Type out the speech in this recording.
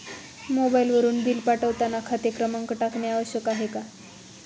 मोबाईलवरून बिल पाठवताना खाते क्रमांक टाकणे आवश्यक आहे का?